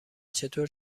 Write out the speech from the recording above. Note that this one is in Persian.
چطور